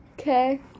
Okay